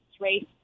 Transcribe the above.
race